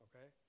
okay